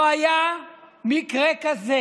לא היה מקרה כזה